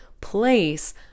place